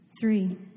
Three